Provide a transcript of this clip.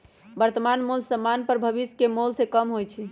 वर्तमान मोल समान्य पर भविष्य के मोल से कम होइ छइ